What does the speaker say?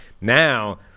now